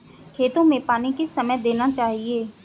खेतों में पानी किस समय देना चाहिए?